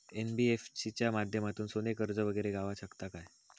NBFC च्या माध्यमातून सोने कर्ज वगैरे गावात शकता काय?